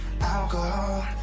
alcohol